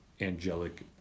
Angelic